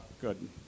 good